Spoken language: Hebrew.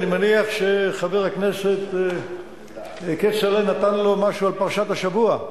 אני מניח שחבר הכנסת כצל'ה נתן לו משהו על פרשת השבוע.